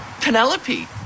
Penelope